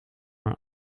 mijn